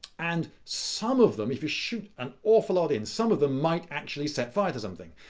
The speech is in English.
and some of them, if you shoot an awful lot in, some of them might actually set fire to something.